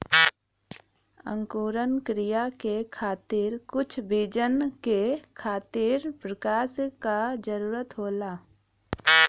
अंकुरण क्रिया के खातिर कुछ बीजन के खातिर प्रकाश क जरूरत होला